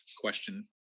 question